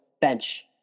bench